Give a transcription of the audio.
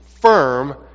firm